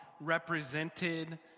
represented